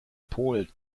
polen